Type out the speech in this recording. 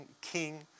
King